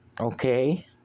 Okay